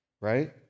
Right